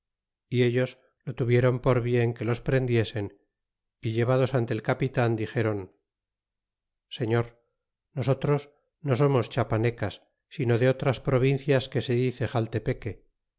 y ellos lo tuvieron por bien que los prendiesen y llevados ante el capitan dixéron señor nosotros no somos chiapanecas sino de otras provincias que se dice xaltepeque